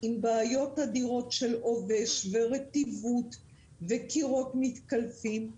עם בעיות אדירות של עובש, רטיבות וקירות מתקלפים.